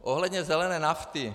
Ohledně zelené nafty.